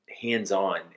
hands-on